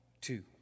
two